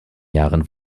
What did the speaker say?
jahren